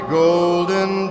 golden